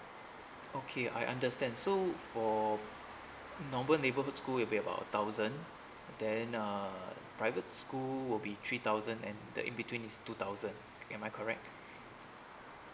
okay I understand so for normal neighbourhood school will be about a thousand then uh private school will be three thousand and the in between is two thousand am I correct